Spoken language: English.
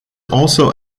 also